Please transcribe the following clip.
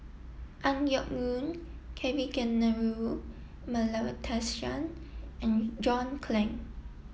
Ang Yoke Mooi Kavignareru Amallathasan and John Clang